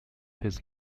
his